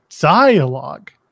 dialogue